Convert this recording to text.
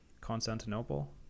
constantinople